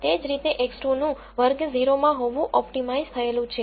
તે જ રીતે X2 નું વર્ગ 0 માં હોવું ઓપ્ટિમાઇઝ થયેલ છે